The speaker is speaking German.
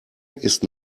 ist